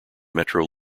metro